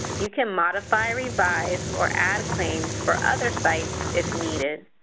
you can modify, revise, or add a claim for other sites if needed,